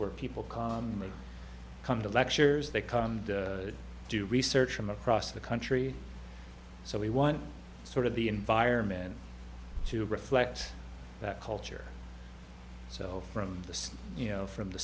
where people can come to lectures they come and do research from across the country so we want sort of the environment to reflects that culture so from the you know from the